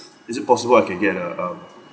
is it possible I can get a um